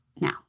now